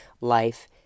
life